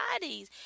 bodies